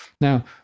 Now